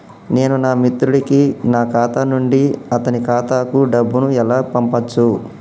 నేను నా మిత్రుడి కి నా ఖాతా నుండి అతని ఖాతా కు డబ్బు ను ఎలా పంపచ్చు?